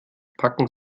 packen